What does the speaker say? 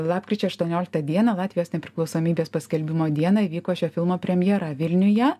lapkričio aštuonioliktą dieną latvijos nepriklausomybės paskelbimo dieną įvyko šio filmo premjera vilniuje